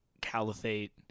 Caliphate